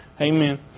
Amen